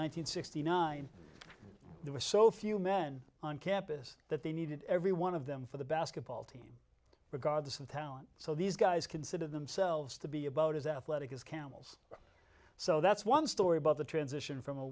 hundred sixty nine there were so few men on campus that they needed every one of them for the basketball team regardless of talent so these guys considered themselves to be about as athletic as camels so that's one story about the transition from a